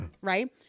Right